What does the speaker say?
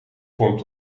vormt